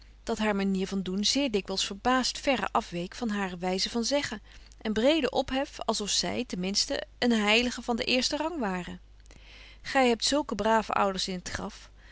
dat haar manier van doen zeer dikwyls verbaast verre afweek van hare wyze van zeggen en breden ophef als of zy ten minsten eene heilige van den eersten rang ware gy hebt zulke brave ouders in t graf